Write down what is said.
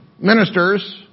ministers